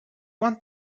want